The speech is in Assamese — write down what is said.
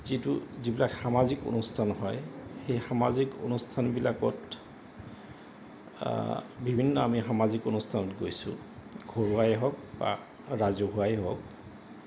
যিটো যিবিলাক সামাজিক অনুষ্ঠান হয় সেই সামাজিক অনুষ্ঠানবিলাকত বিভিন্ন আমি সামাজিক অনুষ্ঠানত গৈছোঁ ঘৰুৱাই হওক বা ৰাজহুৱাই হওক